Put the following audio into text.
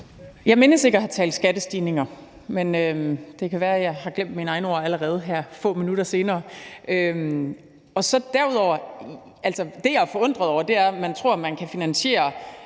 Jeg mindes ikke at have talt skattestigninger, men det kan være, jeg allerede har glemt mine egne ord her få minutter senere. Det, jeg er forundret over, er, at man tror, at man kan finansiere